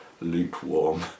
lukewarm